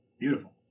Beautiful